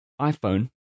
iPhone